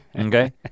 okay